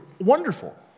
wonderful